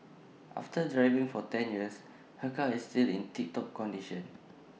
after driving for ten years her car is still in tip top condition